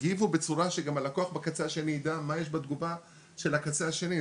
תגיבו בצורה שגם הלקוח בקצה השני ידע מה יש בתגובה של הקצה השני.